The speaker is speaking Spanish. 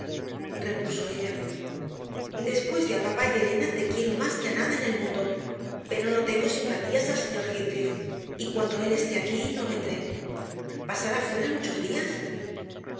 repuso ella después de a papá y a elena te quiero más que a nada en el mundo pero no tengo simpatías al señor heathcliff y cuando él esté aquí no vendré pasará fuera muchos días